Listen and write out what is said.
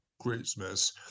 christmas